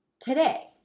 Today